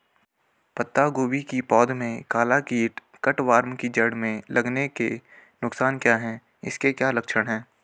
पत्ता गोभी की पौध में काला कीट कट वार्म के जड़ में लगने के नुकसान क्या हैं इसके क्या लक्षण हैं?